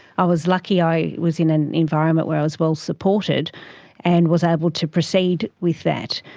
i was lucky i was in an environment where i was well supported and was able to proceed with that.